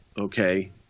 Okay